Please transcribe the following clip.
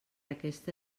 aquesta